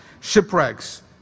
shipwrecks